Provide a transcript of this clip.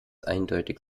eindeutig